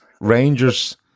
Rangers